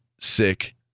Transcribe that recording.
sick